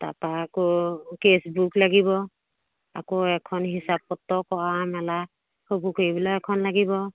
তাপা আকৌ কেচবুক লাগিব আকৌ এখন হিচাপ পত্ৰ কৰা মেলা সৈবোৰ কৰিবলৈ এখন লাগিব